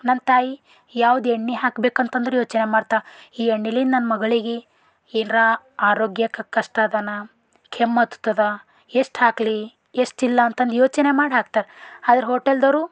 ನನ್ನ ತಾಯಿ ಯಾವುದು ಎಣ್ಣೆ ಹಾಕಬೇಕಂತಂದ್ರೂ ಯೋಚನೆ ಮಾಡ್ತಾಳೆ ಈ ಎಣ್ಣೆಲಿಂದ ನನ್ನ ಮಗಳಿಗೆ ಏನರ ಆರೋಗ್ಯ ಕಷ್ಟ ಅದನ ಕೆಮ್ಮು ಹತ್ತತದ ಎಷ್ಟು ಹಾಕಲಿ ಎಷ್ಟು ಇಲ್ಲ ಅಂತಂದು ಯೋಚನೆ ಮಾಡಿ ಹಾಕ್ತಾರೆ ಆದ್ರೆ ಹೋಟೆಲ್ದವರು